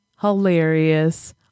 hilarious